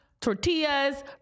tortillas